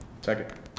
Second